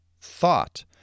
Thought